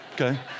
okay